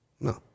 No